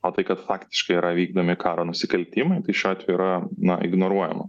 o tai kad faktiškai yra vykdomi karo nusikaltimai tai šiuo atveju yra na ignoruojama